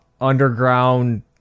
underground